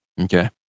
Okay